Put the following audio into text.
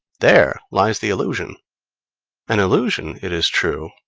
there lies the illusion an illusion, it is true,